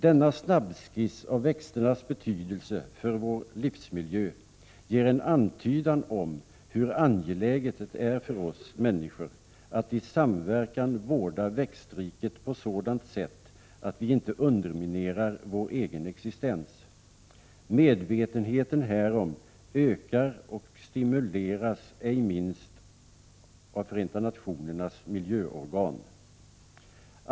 Denna snabbskiss av växternas betydelse för vår livsmiljö ger en antydan om hur angeläget det är för oss människor att i samverkan vårda växtriket på sådant sätt att vi inte underminerar vår egen existens. Medvetenheten härom ökar och stimuleras ej minst av Förenta nationernas miljöorgan.